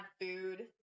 food